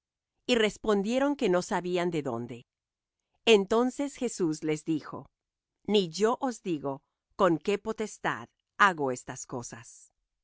y respondieron que no sabían de dónde entonces jesús les dijo ni yo os digo con qué potestad hago estas cosas